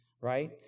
right